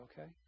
okay